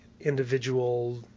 individual